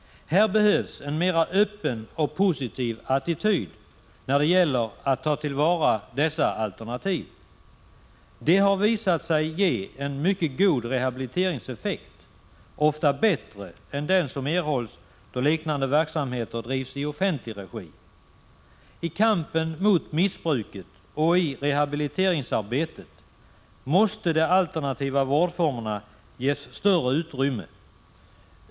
Här behövs en mera öppen och positiv attityd när det gäller att ta till vara dessa alternativ. De har visat sig ge en mycket god rehabiliteringseffekt, ofta bättre än den som erhålls då liknande verksamheter drivs i offentlig regi. I kampen mot missbruket och i rehabiliteringsarbetet måste de alternativa vårdformerna ges större utrymme.